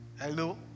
hello